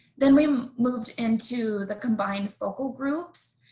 then we um moved into the combined focal groups.